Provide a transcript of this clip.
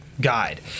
guide